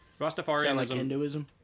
Rastafarianism